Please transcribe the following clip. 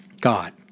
God